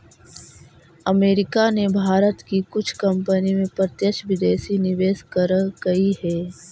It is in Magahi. अमेरिका ने भारत की कुछ कंपनी में प्रत्यक्ष विदेशी निवेश करकई हे